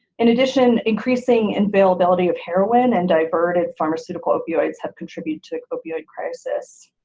in addition, increasing and availability of heroin and diverted pharmaceutical opioids have contributed to opioid crisis.